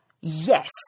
Yes